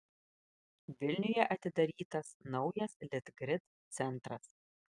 vilniuje atidarytas naujas litgrid centras